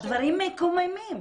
הדברים מקוממים.